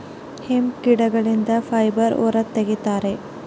hemp ಗಿಡಗಳಿಂದ fibre ಹೊರ ತಗಿತರೆ